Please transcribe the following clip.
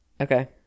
Okay